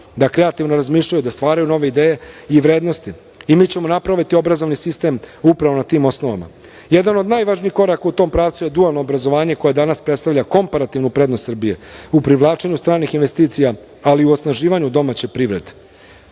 da kreativno razmišljaju, da stvaraju nove ideje i vrednosti. Mi ćemo napraviti obrazovni sistem upravo na tim osnovama. Jedan od najvažnijih koraka u tom pravcu je dualno obrazovanje koje danas predstavlja komparativnu prednost Srbije u privlačenju stranih investicija, ali i u osnaživanju domaće privrede. Od